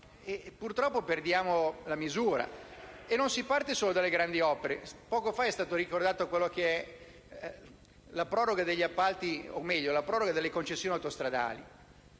purtroppo perdiamo la misura, e non si parte solo dalle grandi opere. Poco fa è stata ricordata la proroga delle concessioni autostradali.